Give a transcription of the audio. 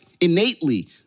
innately